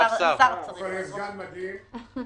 כל מיני הגדרות.